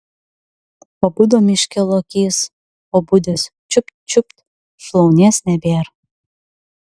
pabudo miške lokys pabudęs čiupt čiupt šlaunies nebėr